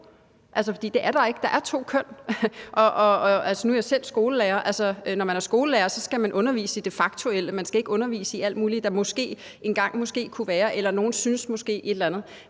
For det er der ikke – der er to køn. Nu er jeg selv skolelærer, og når man er skolelærer, skal man undervise i det faktuelle, man skal ikke undervise i alt muligt, der måske engang kunne være, eller fordi nogen måske synes et eller andet.